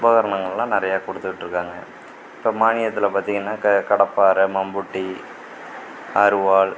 உபகரணங்களெலாம் நிறையா கொடுத்துக்கிட்ருக்காங்க இப்போ மானியத்தில் பார்த்திங்கன்னா க கடப்பாரை மம்புட்டி அரிவாள்